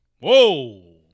Whoa